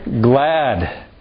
Glad